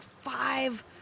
five